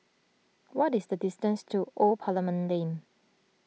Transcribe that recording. what is the distance to Old Parliament Lane